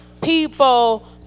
People